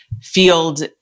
field